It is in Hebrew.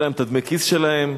שיהיו להם דמי הכיס שלהם.